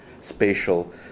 spatial